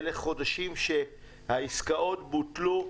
אלה החודשים שבהם העסקאות בוטלו,